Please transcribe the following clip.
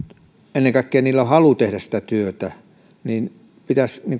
ennen kaikkea heillä on halu tehdä työtä eli pitäisi